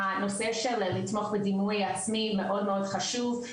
הנושא של לתמוך בדימוי עצמי מאוד מאוד חשוב.